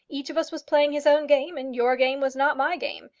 each of us was playing his own game and your game was not my game.